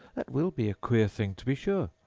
that will be a queer thing, to be sure!